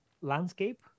landscape